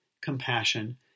compassion